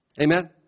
Amen